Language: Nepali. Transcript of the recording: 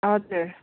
हजुर